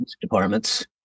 departments